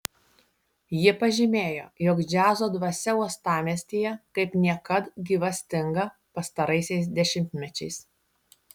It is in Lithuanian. ji pažymėjo jog džiazo dvasia uostamiestyje kaip niekad gyvastinga pastaraisiais dešimtmečiais